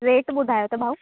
rate ॿुधायो त भाउ